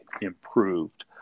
improved